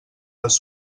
les